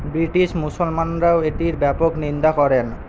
British মুসলমানরাও এটির ব্যাপক নিন্দা করেন